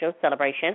celebration